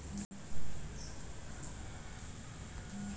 धन कुट्टी मशीन से एक बेर में बेशी धान कुटा जा हइ